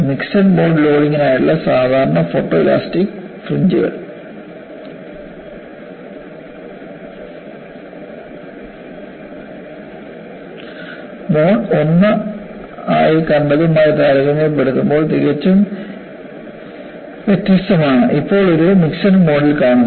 mixed mode ലോഡിംഗിനായുള്ള സാധാരണ photoelastic ഫ്രിഞ്ച്കൾ മോഡ് 1 ആയി കണ്ടതുമായി താരതമ്യപ്പെടുത്തുമ്പോൾ തികച്ചും വ്യത്യസ്തമാണ് ഇപ്പോൾ ഒരു മിക്സഡ് മോഡിൽ കാണുന്നവ